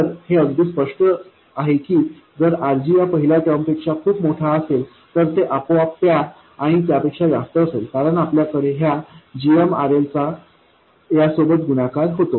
तर हे अगदी स्पष्ट आहे की जर RG या पहिल्या टर्मपेक्षा खूपच मोठा असेल तर ते आपोआप त्या आणि त्यापेक्षा जास्त असेल कारण आपल्याकडे ह्या gm RL चा यासोबत गुणाकार होतो